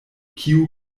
kiu